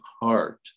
heart